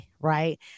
Right